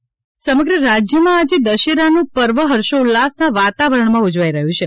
શસ્ત્રપૂજન સમગ્ર રાજ્યમાં આજે દશેરાનું પર્વ ફર્ષોલ્લાસના વાતાવરણમાં ઉજવાઇ રહ્યું છે